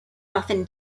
often